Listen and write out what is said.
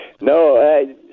No